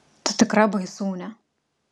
tu tikra baisūnė